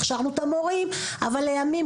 הכשרנו את המורים; אבל לימים,